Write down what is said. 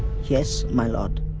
yes, my lord.